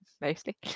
mostly